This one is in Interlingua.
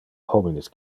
homines